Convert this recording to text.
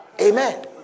Amen